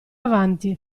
avanti